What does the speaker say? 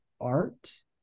art